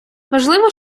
важливо